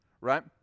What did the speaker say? right